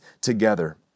together